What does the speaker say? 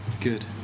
Good